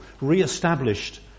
re-established